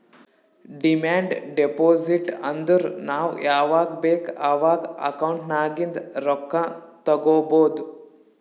demand deposit ಅಂದುರ್ ನಾವ್ ಯಾವಾಗ್ ಬೇಕ್ ಅವಾಗ್ ಅಕೌಂಟ್ ನಾಗಿಂದ್ ರೊಕ್ಕಾ ತಗೊಬೋದ್